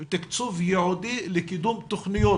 תקצוב ייעודי לקידום תכניות,